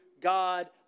God